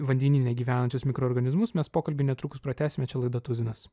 vandenyne gyvenančius mikroorganizmus mes pokalbį netrukus pratęsime čia laida tuzinas